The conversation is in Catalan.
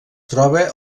troba